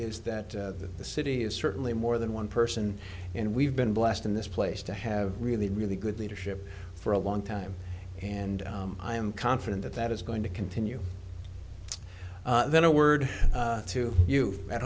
is that the city is certainly more than one person and we've been blessed in this place to have really really good leadership for a long time and i am confident that that is going to continue then a word to you at